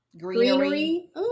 Greenery